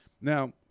Now